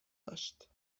داشت